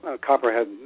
copperhead